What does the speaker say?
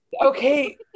Okay